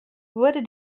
wurde